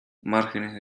márgenes